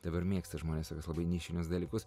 dabar mėgsta žmonės labai nišinius dalykus